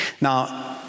Now